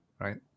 right